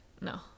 No